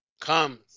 Comes